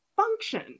function